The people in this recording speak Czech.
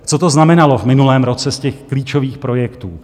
Co to znamenalo v minulém roce z těch klíčových projektů?